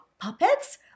puppets